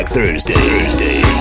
Thursday